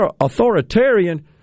authoritarian